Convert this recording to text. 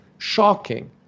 Shocking